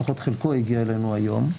לפחות חלקו הגיע אלינו היום,